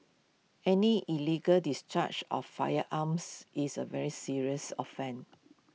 any illegal discharge of firearms is A very serious offence